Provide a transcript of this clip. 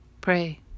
Pray